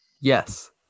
Yes